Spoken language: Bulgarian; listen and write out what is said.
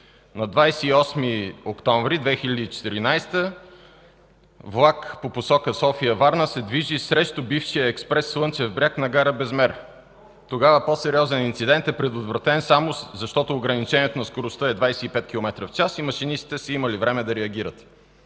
На 28 октомври 2014 г. влак по посока София – Варна се движи срещу бившия експрес „Слънчев бряг” на гара Безмер. Тогава по-сериозен инцидент е предотвратен само защото ограничението на скоростта е 25 километра в час и машинистите са имали време да реагират.